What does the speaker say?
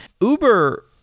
Uber